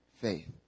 faith